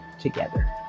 together